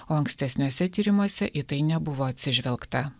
o ankstesniuose tyrimuose į tai nebuvo atsižvelgta